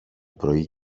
πρωί